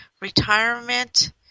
retirement